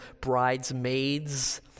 bridesmaids